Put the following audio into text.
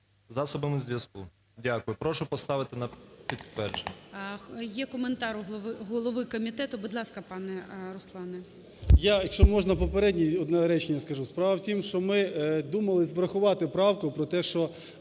засобами зв'язку". Дякую. Прошу поставити на підтвердження. ГОЛОВУЮЧИЙ. Є коментар у голови комітету. Будь ласка, пане Руслане. 13:27:25 КНЯЗЕВИЧ Р.П. Я, якщо можна, попередньо одне речення скажу. Справа в тому, що ми думали врахувати правку про те, що